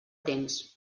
temps